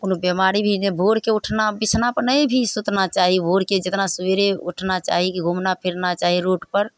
कोनो बीमारी भी नहि भोरके उठना बिछौनापर नहि भी सुतना चाही भोरके जेतना सवेरे उठना चाही घुमना फिरना चाही रोडपर